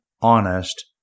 honest